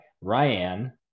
Ryan